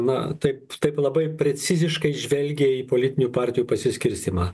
na taip taip labai preciziškai žvelgia į politinių partijų pasiskirstymą